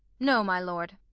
no, my lord.